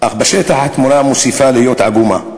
אך בשטח התמונה מוסיפה להיות עגומה: